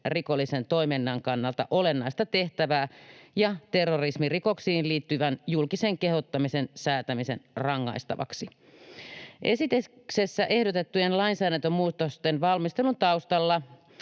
rikollisen toiminnan kannalta olennaista tehtävää, ja terrorismirikoksiin liittyvän julkisen kehottamisen säätäminen rangaistavaksi. Esityksessä ehdotettujen lainsäädäntömuutosten valmistelun taustalla